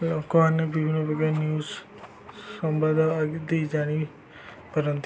ଲୋକମାନେ ବିଭିନ୍ନ ପ୍ରକାର ନ୍ୟୁଜ୍ ସମ୍ବାଦ ଆଦି ଜାଣିପାରନ୍ତି